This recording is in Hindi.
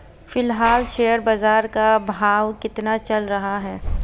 फिलहाल शेयर बाजार का भाव कितना चल रहा है?